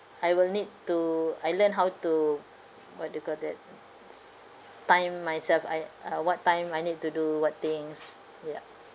I will need to I learn how to what you call that time myself I uh what time I need to do what things ya